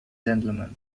gentlemen